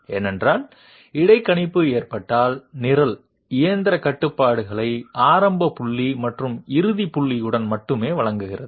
ஏனென்றால் இடைக்கணிப்பு ஏற்பட்டால் நிரல் இயந்திரக் கட்டுப்பாடுகளை ஆரம்ப புள்ளி மற்றும் இறுதி புள்ளியுடன் மட்டுமே வழங்குகிறது